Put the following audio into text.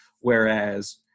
Whereas